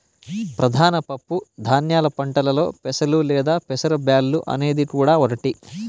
ప్రధాన పప్పు ధాన్యాల పంటలలో పెసలు లేదా పెసర బ్యాల్లు అనేది కూడా ఒకటి